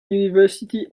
university